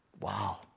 Wow